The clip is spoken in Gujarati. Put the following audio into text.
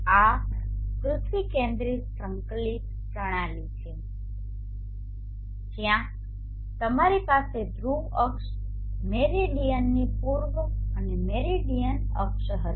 આ પૃથ્વી કેન્દ્રિત સંકલન પ્રણાલી છે જ્યાં તમારી પાસે ધ્રુવ અક્ષ મેરિડીયનની પૂર્વ અને મેરિડીયન અક્ષ હતી